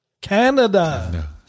canada